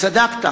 צדקת.